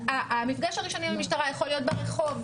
המפגש הראשוני עם המשטרה יכול להיות ברחוב,